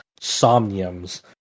somniums